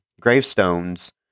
gravestones